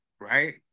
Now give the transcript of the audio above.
right